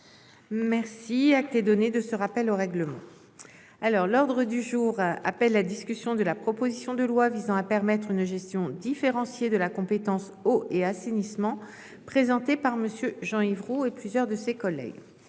bien ! Acte est donné de votre rappel au règlement, ma chère collègue. L'ordre du jour appelle la discussion de la proposition de loi visant à permettre une gestion différenciée de la compétence eau et assainissement, présentée par M. Jean-Yves Roux et plusieurs de ses collègues